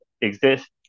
exist